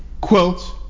Quote